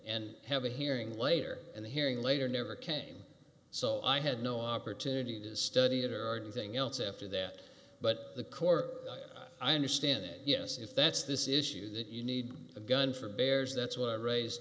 and have a hearing later in the hearing later never came so i had no opportunity to study it or anything else after that but the court i understand it yes if that's this issue that you need a gun for bears that's what i raised